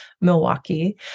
Milwaukee